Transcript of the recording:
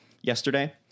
yesterday